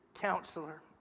Counselor